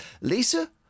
Lisa